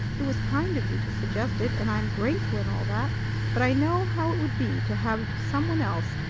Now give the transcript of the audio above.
it was kind of you to suggest it, and i am grateful and all that but i know how it would be to have some one else,